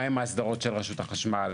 מהן האסדרות של רשות החשמל,